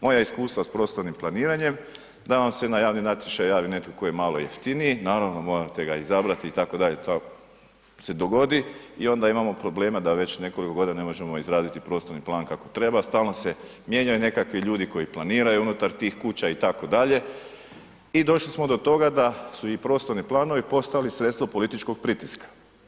Moja iskustva s prostornim planiranjem da vam se na javni natječaj javi netko tko je malo jeftiniji, naravno, morate ga izabrati itd., to ako se dogodi i onda imamo problema da već nekoju godinu ne možemo izraditi prostorni plan kako treba, stalno se mijenjaju nekakvi ljudi koji planiraju unutar tih kuća itd. i došli smo do toga da su i prostorni planovi postali sredstvo političkog pritiska.